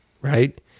right